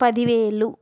పదివేలు